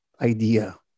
idea